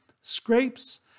scrapes